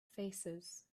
faces